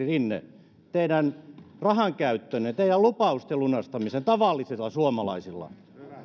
rinne teidän rahankäyttönne teidän lupaustenne lunastamisen tavallisilla suomalaisilla